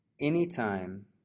Anytime